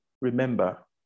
remember